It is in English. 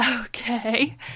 okay